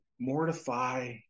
Mortify